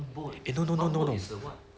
eh no no no no no